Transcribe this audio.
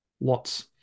lots